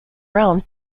round